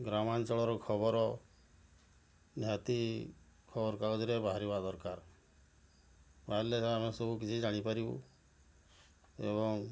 ଗ୍ରାମାଞ୍ଚଳର ଖବର ନିହାତି ଖବରକାଗଜରେ ବାହାରିବା ଦରକାର ବାହାରିଲେ ଆମେ ସବୁ କିଛି ଜାଣିପାରିବୁ ଏବଂ